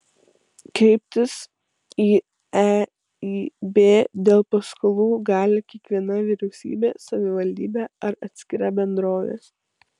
kreiptis į eib dėl paskolų gali kiekviena vyriausybė savivaldybė ar atskira bendrovė